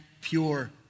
pure